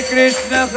Krishna